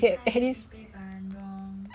还有一杯 bandung